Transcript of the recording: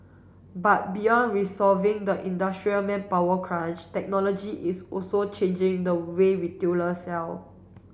but beyond resolving the industry's manpower crunch technology is also changing the way retailers sell